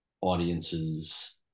audiences